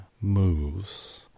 moves